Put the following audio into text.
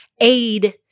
aid